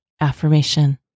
AFFIRMATION